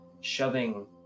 shoving